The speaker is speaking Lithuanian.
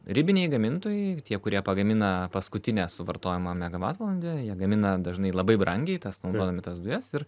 ribiniai gamintojai tie kurie pagamina paskutinę suvartojamą megavatvalandę jie gamina dažnai labai brangiai tas naudodami tas dujas ir